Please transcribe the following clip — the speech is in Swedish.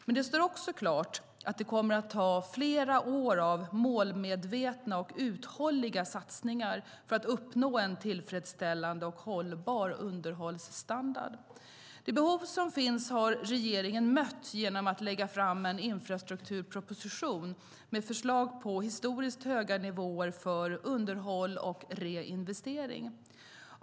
Men det står också klart att det kommer att ta flera år av målmedvetna och uthålliga satsningar för att uppnå en tillfredsställande och hållbar underhållsstandard. Det behov som finns har regeringen mött genom att lägga fram en infrastrukturproposition med förslag på historiskt höga nivåer för underhåll och reinvestering.